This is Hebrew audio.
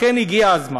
לכן, הגיע הזמן